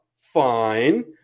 fine